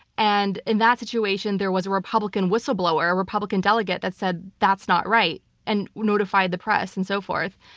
and in that situation, there was a republican whistleblower, a republican delegate, that said that's not right and notified the press and so forth.